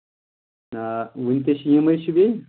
آ وٕنۍکٮ۪س چھِ یِمَے چھِ بیٚیہِ